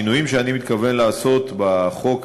השינויים שאני מתכוון לעשות בחוק